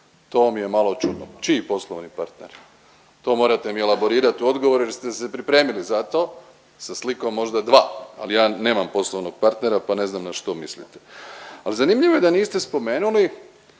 To mi je malo čudno. Čiji poslovni partner? To morate mi elaborirat u odgovoru jer ste se pripremili za to sa slikom možda dva. Ali ja nemam poslovnog partnera pa ne znam na što mislite. Ali zanimljivo je da niste spomenuli